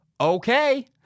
Okay